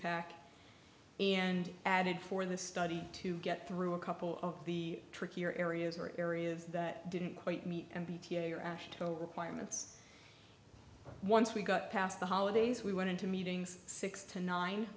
pack and added for the study to get through a couple of the trickier areas or areas that didn't quite meet and p t a or ashville requirements once we got past the holidays we went into meetings six to nine